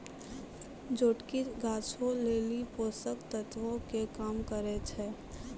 जोटकी गाछो लेली पोषक तत्वो के काम करै छै